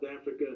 Africa